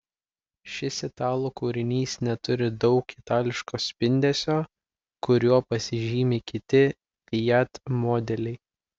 šis italų kūrinys neturi daug itališko spindesio kuriuo pasižymi kiti fiat modeliai